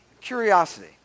Curiosity